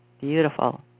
Beautiful